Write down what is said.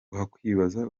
wakwibaza